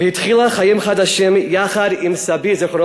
והתחילה חיים חדשים יחד עם סבי ז"ל,